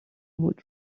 بود